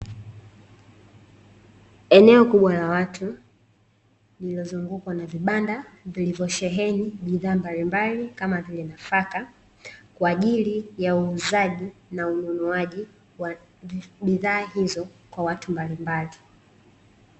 Eneo kubwa la watu lililozungukwa na vibanda vilivyosheheni bidhaa mbalimbali kama vile nafaka kwa ajili ya uuzaji na ununuaji wa bidhaa hizo kwa watu mbalimbali.